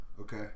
Okay